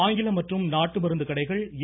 ஆங்கிலம் மற்றும் நாட்டு மருந்து கடைகள் ஏ